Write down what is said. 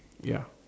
ya